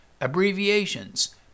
abbreviations